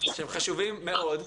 שהם חשובים מאוד,